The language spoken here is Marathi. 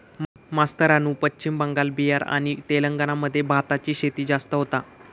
मास्तरानू पश्चिम बंगाल, बिहार आणि तेलंगणा मध्ये भाताची शेती जास्त होता